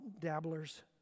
dabblers